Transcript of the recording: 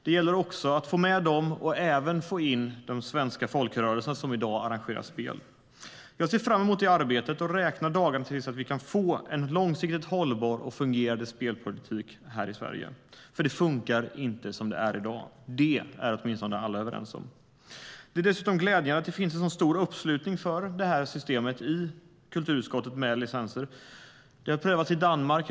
Det gäller alltså att få med den och att även få in de svenska folkrörelser som i dag arrangerar spel. Det är dessutom glädjande att det finns en så stor uppslutning i kulturutskottet för systemet med licenser. Det har prövats i Danmark.